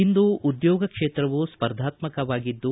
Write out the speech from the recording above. ಇಂದು ಉದ್ಯೋಗ ಕ್ಷೇತ್ರವು ಸ್ಪರ್ಧಾತ್ಮವಾಗಿದ್ದು